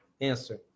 Answer